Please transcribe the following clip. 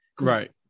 Right